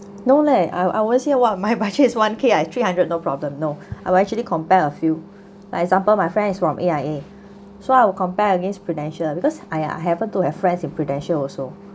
no leh I I always say what my budget is one K I three hundred no problem no I have actually compare a few like example my friends from A_I_A so I would compare against prudential because I I happen to have friends in prudential also